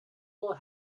will